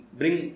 bring